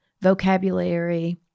vocabulary